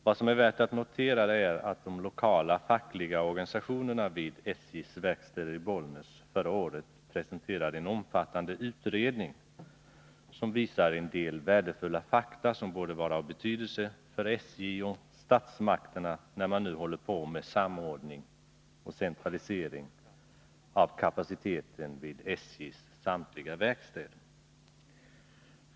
Vad som är värt att notera är att de lokala fackliga organisationerna vid SJ:s verkstäder i Bollnäs förra året presenterade en omfattande utredning som visar en del värdefulla fakta, som borde vara av betydelse för SJ och statsmakterna när man nu håller på med samordning och centralisering av kapaciteten vid SJ:s samtliga verkstäder.